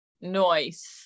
noise